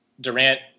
Durant